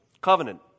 covenant